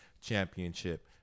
championship